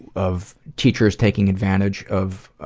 of teachers taking advantage of